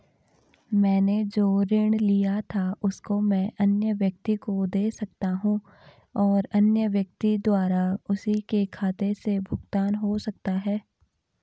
मैंने जो ऋण लिया था उसको मैं अन्य व्यक्ति को दें सकता हूँ और अन्य व्यक्ति द्वारा उसी के खाते से भुगतान हो सकता है?